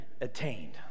attained